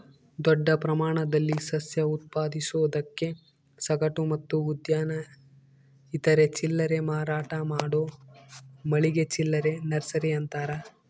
ದೊಡ್ಡ ಪ್ರಮಾಣದಲ್ಲಿ ಸಸ್ಯ ಉತ್ಪಾದಿಸೋದಕ್ಕೆ ಸಗಟು ಮತ್ತು ಉದ್ಯಾನ ಇತರೆ ಚಿಲ್ಲರೆ ಮಾರಾಟ ಮಾಡೋ ಮಳಿಗೆ ಚಿಲ್ಲರೆ ನರ್ಸರಿ ಅಂತಾರ